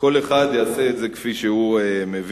כל אחד יעשה את זה כפי שהוא מבין,